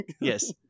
Yes